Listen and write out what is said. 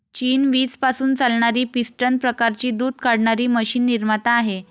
चीन वीज पासून चालणारी पिस्टन प्रकारची दूध काढणारी मशीन निर्माता आहे